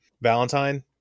Valentine